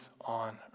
on